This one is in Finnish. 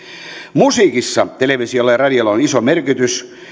musiikissa televisiolla ja radiolla on iso merkitys